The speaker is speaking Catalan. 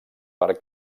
per